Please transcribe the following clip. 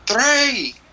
Three